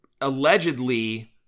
allegedly